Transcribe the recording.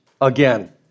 again